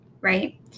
right